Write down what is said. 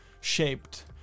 shaped